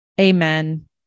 Amen